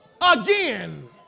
again